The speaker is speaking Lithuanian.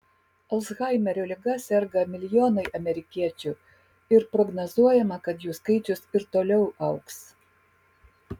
alzhaimerio liga serga milijonai amerikiečių ir prognozuojama kad jų skaičius ir toliau augs